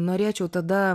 norėčiau tada